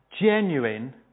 genuine